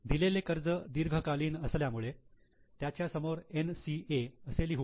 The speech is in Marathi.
दिलेले कर्ज दीर्घकालीन असल्यामुळे त्याच्यासमोर 'NCA' असे लिहू